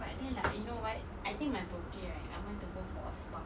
but then like you know what I think my birthday right I want to go for a spa